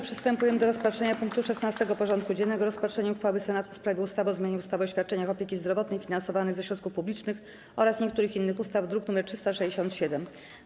Przystępujemy do rozpatrzenia punktu 16. porządku dziennego: Rozpatrzenie uchwały Senatu w sprawie ustawy o zmianie ustawy o świadczeniach opieki zdrowotnej finansowanych ze środków publicznych oraz niektórych innych ustaw (druk nr 367)